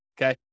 okay